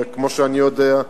כמו שאני יודע,